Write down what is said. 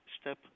step